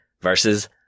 versus